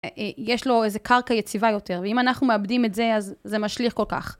יש לו איזו קרקע יציבה יותר, ואם אנחנו מאבדים את זה, אז זה משליך כל כך.